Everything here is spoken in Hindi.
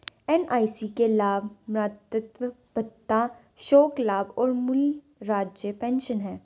एन.आई.सी के लाभ मातृत्व भत्ता, शोक लाभ और मूल राज्य पेंशन हैं